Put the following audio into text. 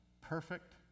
Perfect